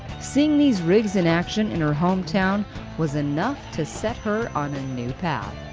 seeing these rigs in action in her home town was enough to set her on a new path.